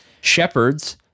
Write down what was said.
Shepherds